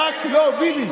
"רק לא ביבי".